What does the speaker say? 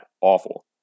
awful